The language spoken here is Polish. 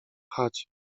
chacie